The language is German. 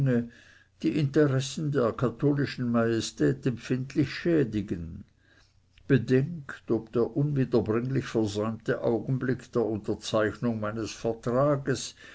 die interessen der katholischen majestät empfindlich schädigen bedenkt ob der unwiederbringlich versäumte augenblick der unterzeichnung meines vertrages